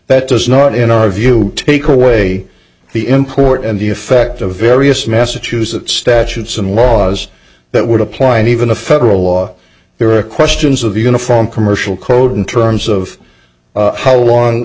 that does not in our view take away the import and the effect of various massachusetts statutes and laws that would apply and even a federal law there are questions of uniform commercial code in terms of how long